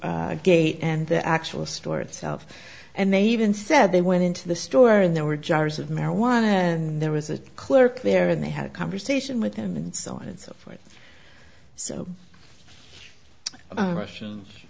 wire gate and the actual store itself and they even said they went into the store and there were jars of marijuana and there was a clerk there and they had a conversation with him and so on and so forth so russian